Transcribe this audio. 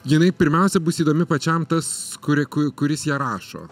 jinai pirmiausia bus įdomi pačiam tas kuri ku kuris ją rašo